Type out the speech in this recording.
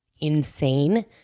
insane